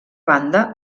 banda